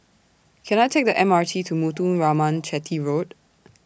Can I Take The M R T to Muthuraman Chetty Road